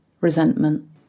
resentment